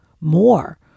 more